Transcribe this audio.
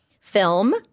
film